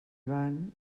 van